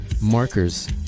markers